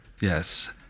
Yes